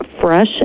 fresh